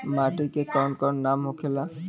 माटी के कौन कौन नाम होखे ला?